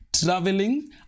traveling